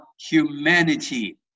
humanity